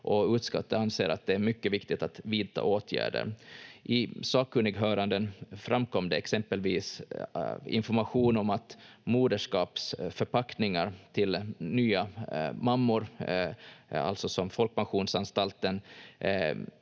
utskottet anser att det är mycket viktigt att vidta åtgärder. I sakkunnighöranden framkom det exempelvis information om att moderskapsförpackningar till nya mammor — som Folkpensionsanstalten